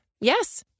Yes